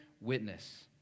witness